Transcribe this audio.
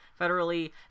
federally